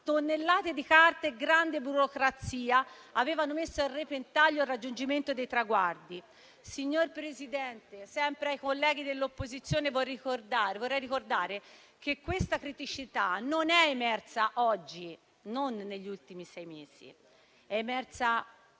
tonnellate di carte e grande burocrazia avevano messo a repentaglio il raggiungimento dei traguardi. Signor Presidente, sempre ai colleghi dell'opposizione vorrei ricordare che questa criticità non è emersa oggi o negli ultimi sei mesi, ma è emersa